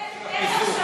איך?